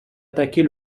attaquer